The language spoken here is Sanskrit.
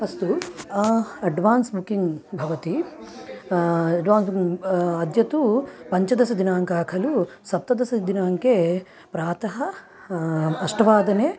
अस्तु अड्वान्स् बुक्किङ्ग् भवति अड्वान् अद्य तु पञ्चदशदिनाङ्कः खलु सप्तदशदिनाङ्के प्रातः अष्टवादने